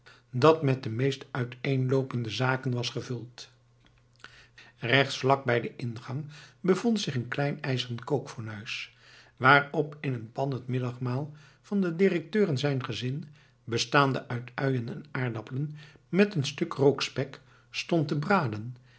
dat met de meest uiteenloopende zaken was gevuld rechts vlak bij den ingang bevond zich een klein ijzeren kookfornuis waarop in een pan het middagmaal van den directeur en zijn gezin bestaande uit uien en aardappelen met een stuk rookspek stond te braden